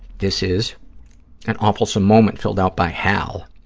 this is an awfulsome moment filled out by hal.